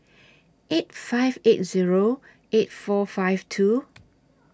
eight five eight Zero eight four five two